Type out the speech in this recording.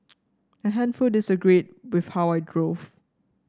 a handful disagreed with how I drove